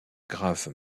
grave